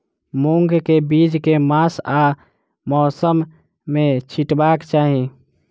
मूंग केँ बीज केँ मास आ मौसम मे छिटबाक चाहि?